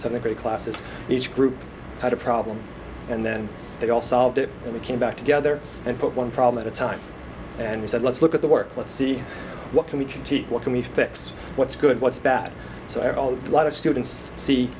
son the great classes each group had a problem and then they all solved it and we came back together and put one problem at a time and we said let's look at the work let's see what can we can teach what can we fix what's good what's bad so at all a lot of students see